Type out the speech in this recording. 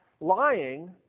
lying